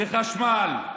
למה העליתם את החשמל?